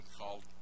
called